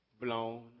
blown